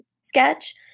sketch